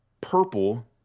purple